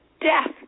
death